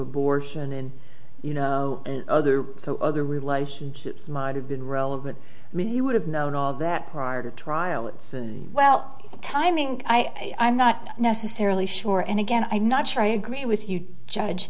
abortion and you know other so other relationships might have been relevant i mean he would have known all that prior to trial it's and well timing i'm not necessarily sure and again i'm not sure i agree with you